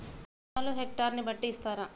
రుణాలు హెక్టర్ ని బట్టి ఇస్తారా?